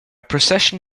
procession